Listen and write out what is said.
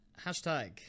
Hashtag